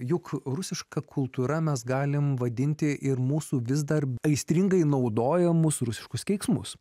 juk rusiška kultūra mes galime vadinti ir mūsų vis dar aistringai naudojamus rusiškus keiksmus